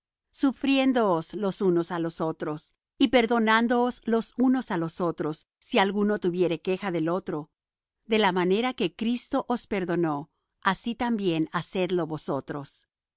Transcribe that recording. de tolerancia sufriéndoos los unos á los otros y perdonándoos los unos á los otros si alguno tuviere queja del otro de la manera que crito os perdonó así también hacedlo vosotros